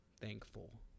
thankful